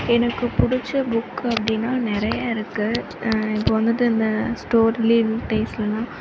எனக்கு பிடிச்ச புக்கு அப்படின்னா நிறையா இருக்குது இப்போது வந்துட்டு இந்த ஸ்டோர்லி டேஸ்லெலாம்